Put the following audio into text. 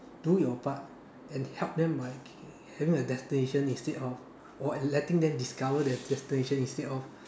do your part and help them by having a destination instead of or letting them discover their destination instead of